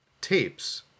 Tapes